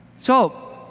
so